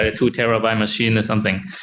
ah two terabyte machine or something,